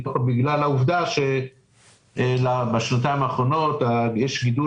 בגלל העובדה שבשנתיים האחרונות יש גידול